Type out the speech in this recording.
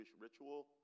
ritual